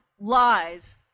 lies